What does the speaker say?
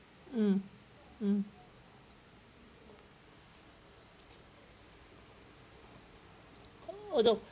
mm mm uh the